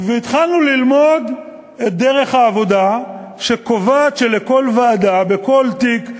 והתחלנו לראות את דרך העבודה שקובעת שלכל ועדה בכל תיק,